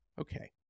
Okay